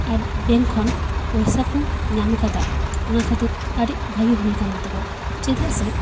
ᱟᱨ bank ᱠᱷᱚᱱ ᱯᱚᱭᱥᱟ ᱠᱚ ᱧᱟᱢ ᱠᱟᱫᱟ ᱚᱱᱟ ᱠᱷᱟᱹᱛᱤᱨ ᱟᱹᱰᱤ ᱵᱷᱟᱜᱮ ᱦᱩᱭ ᱠᱟᱱ ᱛᱟᱠᱚᱣᱟ ᱪᱮᱫᱟᱜ ᱥᱮ